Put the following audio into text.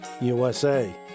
USA